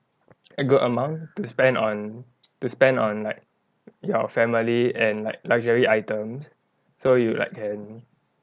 a good amount to spend on to spend on like your family and like luxury items so you like can